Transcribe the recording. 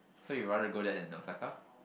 so you rather go there than Osaka